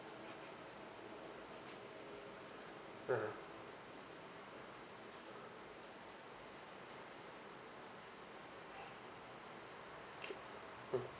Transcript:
(uh huh) mm